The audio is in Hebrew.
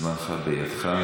אדוני, זמנך בידך.